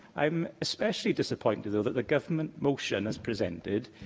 i'm especially disappointed though that the government motion, as presented,